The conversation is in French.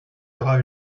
aura